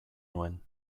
nuen